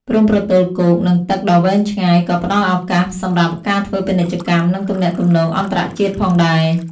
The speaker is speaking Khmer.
ព្រំប្រទល់គោក និងទឹកដ៏វែងឆ្ងាយក៏ផ្តល់ឱកាសសម្រាប់ការធ្វើពាណិជ្ជកម្ម និងទំនាក់ទំនងអន្តរជាតិផងដែរ។